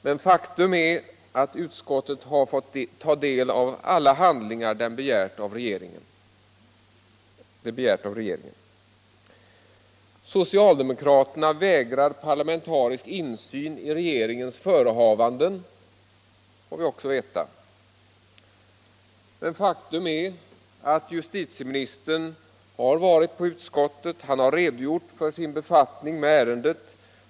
Men faktum är att utskottet har fått ta del av alla handlingar som det har begärt av regeringen. Socialdemokraterna vägrar parlamentarisk insyn i regeringens förehavanden, får vi också veta. Men faktum är att justitieministern har varit i utskottet. Han har redogjort för sin befattning med ärendet.